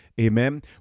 Amen